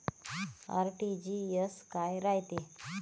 RTGS काय रायते?